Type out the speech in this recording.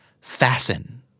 Fasten